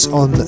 on